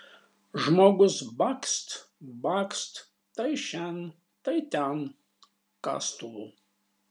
žmogus bakst bakst tai šen tai ten kastuvu